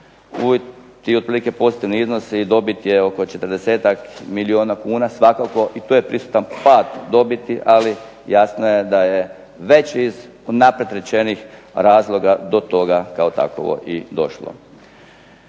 2009-u i otprilike pozitivni iznosi i dobit je oko 40-ak milijuna kuna. Svakako i tu je prisutan pad dobiti, ali jasno je da je već iz unaprijed rečenih razloga do toga kao takovo i došlo.